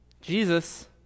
Jesus